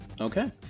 Okay